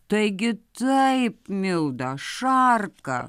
taigi taip milda šarka